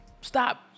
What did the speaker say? stop